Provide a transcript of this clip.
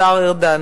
השר ארדן,